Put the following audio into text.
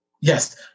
Yes